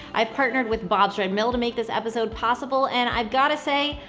i partnered with bob's red mill to make this episode possible and i've gotta say,